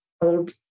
old